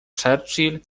churchill